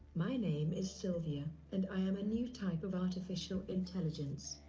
my name is silvia, and i am a new type of artificial intelligence.